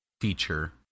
feature